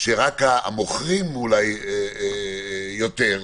שרק המוכרים אולי יותר,